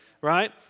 right